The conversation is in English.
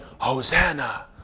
Hosanna